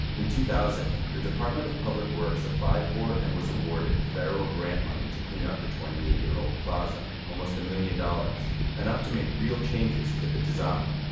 in two thousand, the department of public works applied for and was awarded federal grant money to clean up the twenty eight year old plaza, almost a million dollars enough to make real changes to the design.